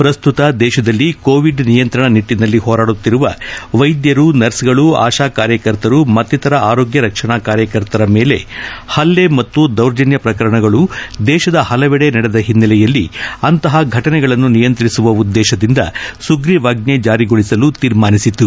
ಪ್ರಸ್ತುತ ದೇಶದಲ್ಲಿ ಕೋವಿಡ್ ನಿಯಂತ್ರಣ ನಿಟ್ಟನಲ್ಲಿ ಹೋರಾಡುತ್ತಿರುವ ವೈದ್ದರು ನರ್ಸ್ಗಳು ಆಶಾ ಕಾರ್ಯಕರ್ತರು ಮತ್ತಿತರ ಆರೋಗ್ಯ ರಕ್ಷಣಾ ಕಾರ್ಯಕರ್ತರ ಮೇಲೆ ಹಲ್ಲೆ ಮತ್ತು ದೌರ್ಜನ್ಯ ಪ್ರಕರಣಗಳು ದೇಶದ ಹಲವೆಡೆ ನಡೆದ ಹಿನ್ನೆಲೆಯಲ್ಲಿ ಅಂತಹ ಫಟನೆಗಳನ್ನು ನಿಯಂತ್ರಿಸುವ ಉದ್ದೇಶದಿಂದ ಸುಗ್ರೀವಾಜ್ಞೆ ಜಾರಿಗೊಳಿಸಲು ತೀರ್ಮಾನಿಸಿತು